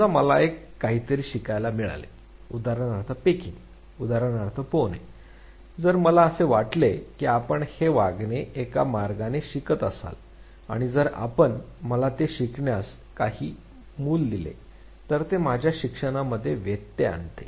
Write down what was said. समजा मला काहीतरी शिकायला मिळाले उदाहरणार्थ पेकिंग उदाहरणार्थ पोहणे जर मला असे वाटले की आपण हे वागणे एका मार्गाने शिकत असाल आणि जर आपण मला ते शिकण्यास काही मूल दिले तर ते माझ्या शिक्षणामध्ये व्यत्यय आणते